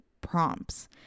prompts